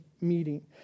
meeting